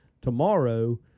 tomorrow